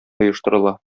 оештырыла